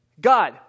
God